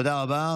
תודה רבה.